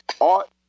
art